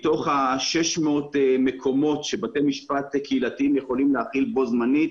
מתוך 600 המקומות שבתי המשפט הקהילתיים יכולים להכיל בו זמנית,